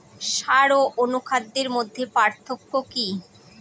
সার ও অনুখাদ্যের মধ্যে পার্থক্য কি?